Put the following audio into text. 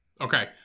okay